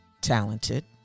talented